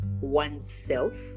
oneself